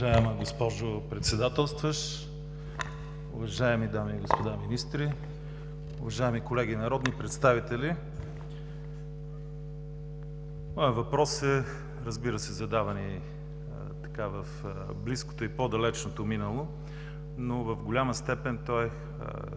Уважаема госпожо Председател, уважаеми дами и господа министри, уважаеми колеги народни представители! Моят въпрос, разбира се, е задаван и в близкото, и в по-далечното минало, но в голяма степен той е